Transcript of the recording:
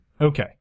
Okay